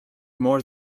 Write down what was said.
more